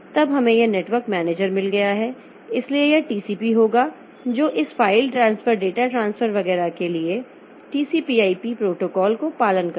तब हमें यह नेटवर्क मैनेजर मिल गया है इसलिए यह टीसीपी होगा जो इस फाइल ट्रांसफर डेटा ट्रांसफर वगैरह के लिए टीसीपी आईपी प्रोटोकॉल का पालन करेगा